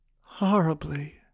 horribly